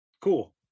cool